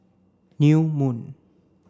New Moon